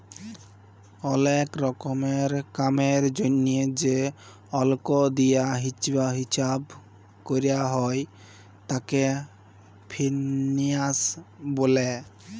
ওলেক রকমের কামের জনহে যে অল্ক দিয়া হিচ্চাব ক্যরা হ্যয় তাকে ফিন্যান্স ব্যলে